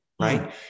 right